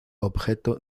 objeto